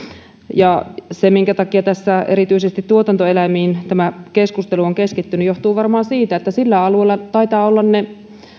se minkä takia tässä erityisesti tuotantoeläimiin tämä keskustelu on keskittynyt johtuu varmaan siitä että sillä alueella taitavat olla ne